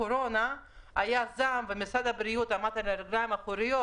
הקורונה היה זעם ומשרד הבריאות עמד על הרגליים האחוריות